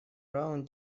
раунд